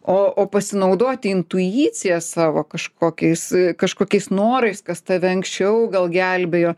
o o pasinaudoti intuicija savo kažkokiais kažkokiais norais kas tave anksčiau gal gelbėjo